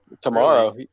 Tomorrow